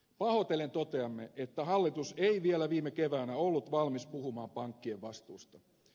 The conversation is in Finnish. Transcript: pahoitellen toteamme että hallitus ei vielä viime keväänä ollut valmis puhumaan pankkien vastuusta